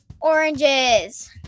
Oranges